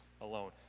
alone